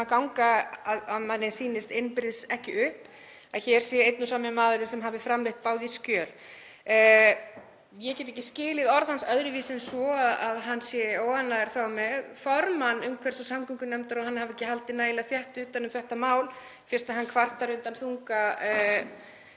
sem ganga að manni sýnist innbyrðis ekki upp, að hér sé einn og sami maðurinn sem hafi framleitt bæði skjöl. Ég get ekki skilið orð hans öðruvísi en svo að hann sé þá óánægður með formann umhverfis- og samgöngunefndar, hann hafi ekki haldið nægilega þétt utan um þetta mál fyrst hann kvartar undan þunga